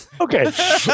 okay